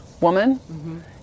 woman